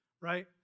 right